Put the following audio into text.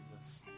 Jesus